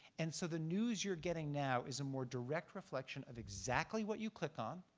and so the news you're getting now is a more direct reflection of exactly what you click on,